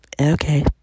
okay